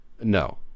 No